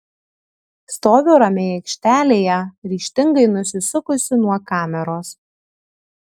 stoviu ramiai aikštelėje ryžtingai nusisukusi nuo kameros